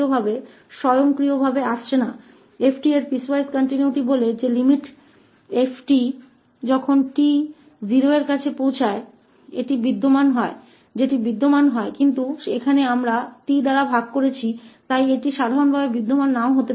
𝑓 की पीसवाइज कंटीन्यूअसता 𝑓𝑡 कीपीसवाइज कंटीन्यूअसता कहती है कि सीमा 𝑓𝑡 जब t से 0 तक पहुंचती है जो मौजूद है लेकिन यहां हम 𝑡 से विभाजित कर रहे हैं इसलिए यह सामान्य रूप से मौजूद नहीं हो सकता है